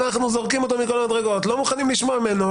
אנחנו לא מוכנים לשמוע ממנו,